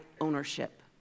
ownership